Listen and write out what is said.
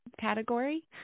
category